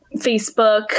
Facebook